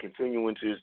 continuances